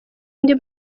undi